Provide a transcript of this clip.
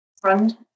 friend